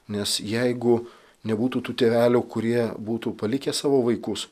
nes jeigu nebūtų tų tėvelių kurie būtų palikę savo vaikus